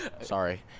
Sorry